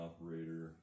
operator